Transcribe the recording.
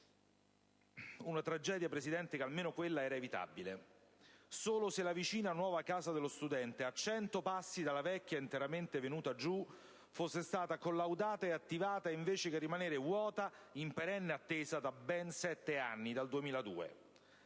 Una tragedia, signor Presidente, che - almeno quella - sarebbe stata evitabile se solo la vicina nuova Casa dello studente, a cento passi dalla vecchia interamente venuta giù, fosse stata collaudata e attivata, invece di rimanere vuota, in perenne attesa da ben sette anni, dal 2002.